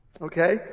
Okay